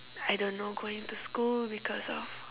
I don't know going to school because of